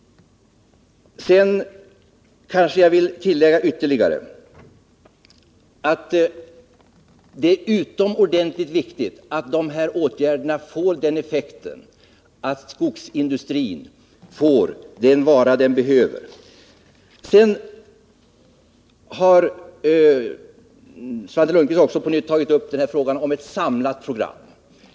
Sedan vill jag tillägga att det är utomordentligt viktigt att de här åtgärderna får den effekten att skogsindustrin får den råvara den behöver. Svante Lundkvist tog på nytt upp frågan om ett samlat program.